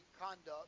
conduct